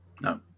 No